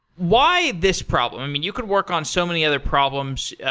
why this problem? you could work on so many other problems.